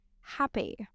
happy